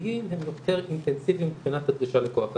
הייעודיים הם יותר אינטנסיביים מבחינת הדרישה לכוח אדם,